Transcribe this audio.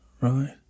right